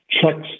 checks